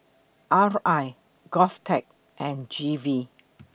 R I Govtech and G V